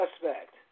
suspect